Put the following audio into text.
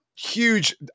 Huge